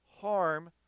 harm